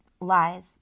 lies